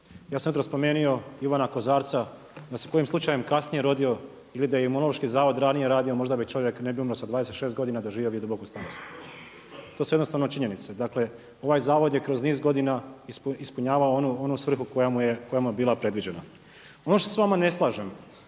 Ja sam jutros spomenuo Ivana Kozarca, da se kojim slučajem kasnije rodio ili da je Imunološki zavod ranije radio možda čovjek ne bi umro sa 26 godina i doživio bi duboku starost. To su jednostavno činjenice. Dakle ovaj zavod je kroz niz godina ispunjavao onu svrhu koja mu je bila predviđena. Ono što se s vama ne slažem